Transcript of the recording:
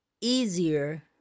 easier